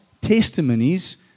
testimonies